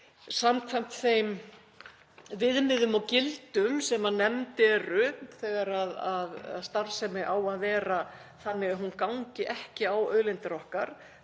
samkvæmt þeim viðmiðum og gildum sem nefnd eru þegar starfsemi á að vera þannig að hún gangi ekki á auðlindir okkar